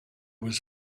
was